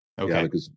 Okay